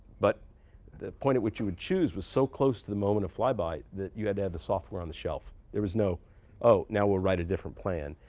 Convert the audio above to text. but the point at which you would choose was so close to the moment of flyby that you had to have the software on the shelf. there was no oh, now we'll write a different plan.